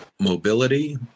Mobility